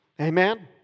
Amen